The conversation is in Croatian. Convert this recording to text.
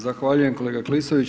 Zahvaljujem, kolega Klisović.